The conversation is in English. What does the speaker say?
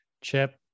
chip